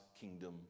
kingdom